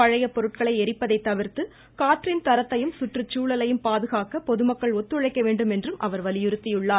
பழைய பொருட்களை எரிப்பதை தவிர்த்து காற்றின் தரத்தையும் சுற்றுச்சூழலையும் பாதுகாக்க பொதுமக்கள் ஒத்துழைக்க வேண்டும் என்றும் அவர் வலியுறுத்தியுள்ளார்